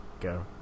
go